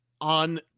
on